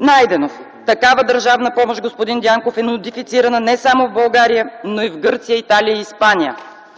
Найденов: „Такава държавна помощ, господин Дянков, е нотифицирана не само в България, но и в Гърция, Италия и Испания.